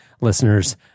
listeners